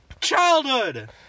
childhood